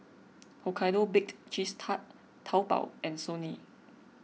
Hokkaido Baked Cheese Tart Taobao and Sony